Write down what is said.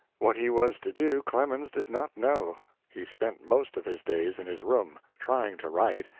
what he was to do clemens did not know. he spent most of his days in his room, trying to write,